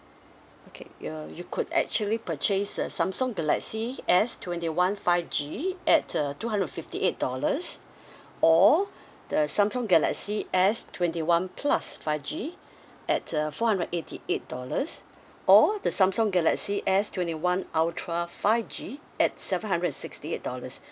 okay your you could actually purchase a samsung galaxy S twenty one five G at two hundred and fifty eight dollars or the samsung galaxy S twenty one plus five G at four hundred eighty eight dollars or the samsung galaxy S twenty one ultra five G at seven hundred and sixty eight dollars